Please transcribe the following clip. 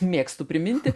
mėgstu priminti